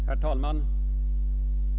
Herr talman!